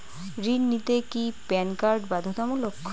ঋণ নিতে কি প্যান কার্ড বাধ্যতামূলক?